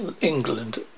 england